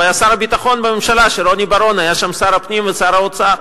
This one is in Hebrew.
הוא היה שר הביטחון בממשלה שרוני בר-און היה שם שר הפנים ושר האוצר.